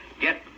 Get